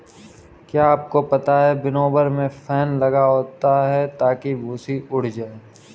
क्या आपको पता है विनोवर में फैन लगा होता है ताकि भूंसी उड़ जाए?